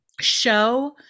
show